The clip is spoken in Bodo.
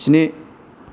स्नि